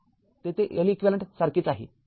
तेथे Leq सारखेच आहे